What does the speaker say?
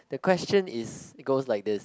the question is it goes like this